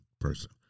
person